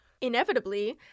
inevitably